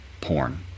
porn